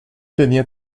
tenía